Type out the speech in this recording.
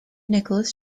nicholas